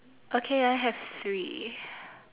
okay I have three